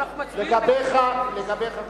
יש טעות במחשב.